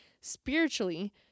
spiritually